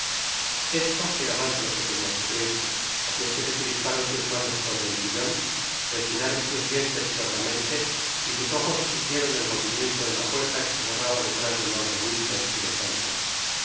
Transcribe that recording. esto era mas de lo que podia sufrirse asi es que se crisparon sus manos sobre el sillon rechinaron sus dientes sordamente y sus ojos siguieron el movimiento de la puerta que se cerraba detrás de lord de winter y de pelton